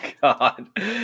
God